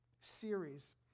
series